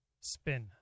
spin